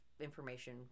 information